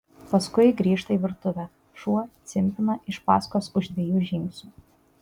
paskui grįžta į virtuvę šuo cimpina iš paskos už dviejų žingsnių